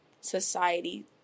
society